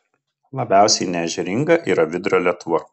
labiausiai neežeringa yra vidurio lietuva